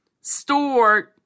stored